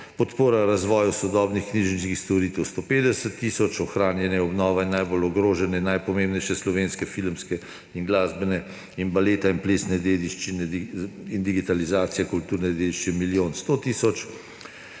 podpora razvoju sodobnih knjižničnih storitev – 150 tisoč, ohranjanje in obnova najbolj ogrožene in najpomembnejše slovenske filmske, glasbene, baletne in plesne dediščine in digitalizacija kulturne dediščine – milijon 100 tisoč.